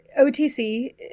OTC